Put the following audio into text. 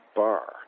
bar